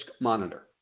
monitor